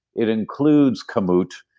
it includes kamut,